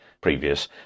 Previous